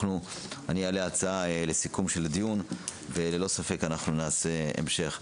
אני אעלה הצעה לסיכום של הדיון וללא ספק אנחנו נעשה המשך.